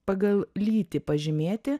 pagal lytį pažymėti